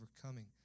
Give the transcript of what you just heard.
overcoming